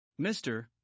Mr